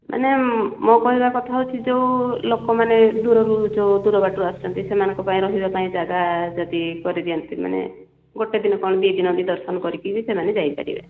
ମାନେ ମୋ କହିବା କଥା ହେଉଛି ଯେଉଁ ଲୋକମାନେ ଦୂରରୁ ଯେଉଁ ଦୂରବାଟରୁ ଆସିଛନ୍ତି ସେମାନଙ୍କ ପାଇଁ ରହିବା ପାଇଁ ଜାଗା ଯଦି କରିଦିଅନ୍ତେ ମାନେ ଗୋଟେ ଦିନ କ'ଣ ଦୁଇଦିନ ଦର୍ଶନ କରିକିବି ସେମାନେ ଯାଇପାରିବେ